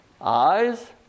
eyes